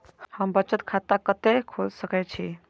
हम बचत खाता कते खोल सके छी?